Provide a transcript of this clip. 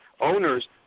owners